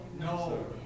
No